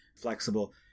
flexible